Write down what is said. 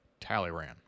Talleyrand